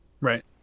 Right